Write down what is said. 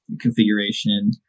configuration